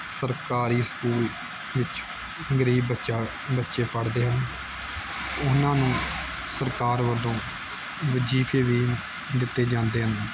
ਸਰਕਾਰੀ ਸਕੂਲ ਵਿੱਚ ਗਰੀਬ ਬੱਚਾ ਬੱਚੇ ਪੜ੍ਹਦੇ ਹਨ ਉਹਨਾਂ ਨੂੰ ਸਰਕਾਰ ਵੱਲੋਂ ਵਜ਼ੀਫੇ ਵੀ ਦਿੱਤੇ ਜਾਂਦੇ ਹਨ